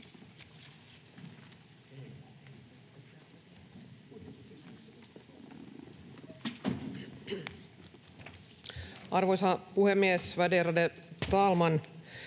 Arvoisa puhemies, värderade talman!